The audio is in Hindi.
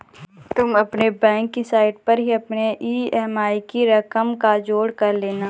तुम अपने बैंक की साइट पर ही अपने ई.एम.आई की रकम का जोड़ कर लेना